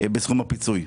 בסכום הפיצוי.